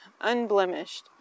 unblemished